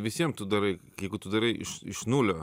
visiem tu darai jeigu tu darai iš iš nulio